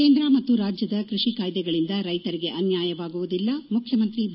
ಕೇಂದ್ರ ಮತ್ತು ರಾಜ್ಯದ ಕೃಷಿ ಕಾಯ್ದೆಗಳಿಂದ ರೈತರಿಗೆ ಅನ್ಯಾಯವಾಗುವುದಿಲ್ಲ ಮುಖ್ಯಮಂತ್ರಿ ಬಿ